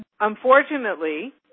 Unfortunately